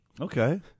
Okay